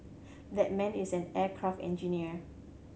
that man is an aircraft engineer